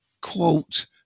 quote